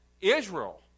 Israel